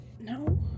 No